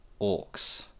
orcs